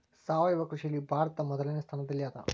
ಸಾವಯವ ಕೃಷಿಯಲ್ಲಿ ಭಾರತ ಮೊದಲನೇ ಸ್ಥಾನದಲ್ಲಿ ಅದ